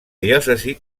diòcesi